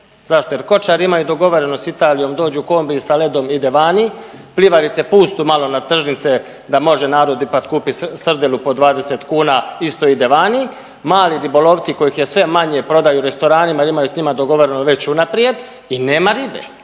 Zašto? Jer kočari imaju dogovoreno s Italijom, dođu kombiji sa ledom, ide vani, plivarice pustu malo na tržnice da može narod ipak kupiti srdelu po 20 kuna, isto ide vani, mali ribolovci kojih je sve manje prodaju restoranima i imaju s njima dogovoreno već unaprijed i nema ribe